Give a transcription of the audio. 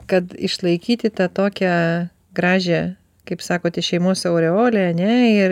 kad išlaikyti tą tokią gražią kaip sakote šeimos aureolę ane ir